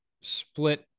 split